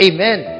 Amen